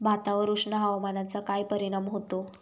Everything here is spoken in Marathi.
भातावर उष्ण हवामानाचा काय परिणाम होतो?